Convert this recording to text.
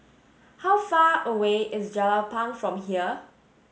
how far away is Jelapang from here